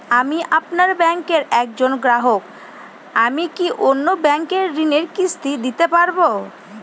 আমি আপনার ব্যাঙ্কের একজন গ্রাহক আমি কি অন্য ব্যাঙ্কে ঋণের কিস্তি দিতে পারবো?